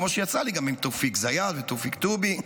כמו שיצא לי גם עם תאופיק זיאד ותופיק טובי.